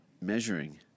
measuring